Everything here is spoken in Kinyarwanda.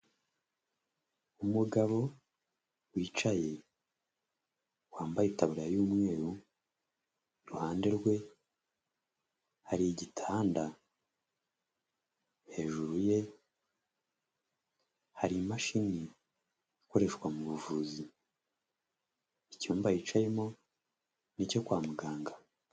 Umugabo wicaye wambaye itaburiya y'umweru, iruhande rwe hari igitanda, hejuru ye hari imashini ikoreshwa mu buvuzi, icyumba yicayemo n'icyo kwa muganga.